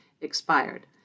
expired